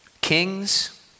kings